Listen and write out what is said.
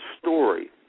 story